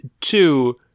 Two